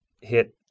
hit